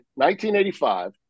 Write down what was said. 1985